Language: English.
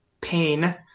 pain